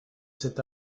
cet